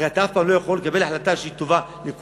הרי אתה אף פעם לא יכול לקבל החלטה שהיא טובה לכולם.